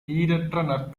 ஈடற்ற